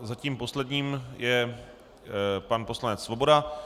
Zatím posledním je pan poslanec Svoboda.